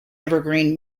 evergreen